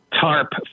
TARP